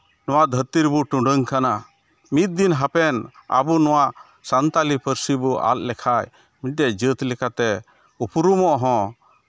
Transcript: ᱱᱚᱣᱟ ᱫᱷᱟᱹᱨᱛᱤ ᱨᱮᱵᱚᱱ ᱴᱩᱰᱟᱹᱝ ᱟᱠᱟᱱᱟ ᱢᱤᱫ ᱫᱤᱱ ᱦᱟᱯᱮᱱ ᱟᱵᱚ ᱱᱚᱣᱟ ᱥᱟᱱᱛᱟᱞᱤ ᱯᱟᱹᱨᱥᱤ ᱵᱚ ᱟᱫ ᱞᱮᱠᱷᱟᱡ ᱢᱤᱫᱴᱮᱡ ᱡᱟᱹᱛ ᱞᱮᱠᱟᱛᱮ ᱩᱯᱨᱩᱢᱚᱜ ᱦᱚᱸ